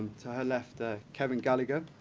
to her left, ah kevin gallagher,